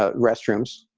ah restrooms,